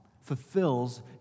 fulfills